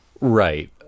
Right